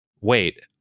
wait